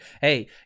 hey